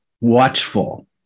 watchful